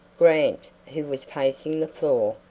grant, who was pacing the floor,